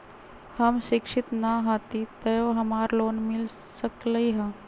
हम शिक्षित न हाति तयो हमरा लोन मिल सकलई ह?